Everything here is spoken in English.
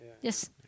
Yes